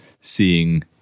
seeing